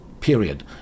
Period